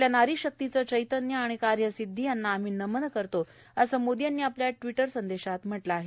आपल्या नारीशक्तीचं चैतन्य आणि कार्यसिद्धी यांना आम्ही नमन करतो असं मोदी यांनी आपल्या ट्वि संदेशात म्ह लं आहे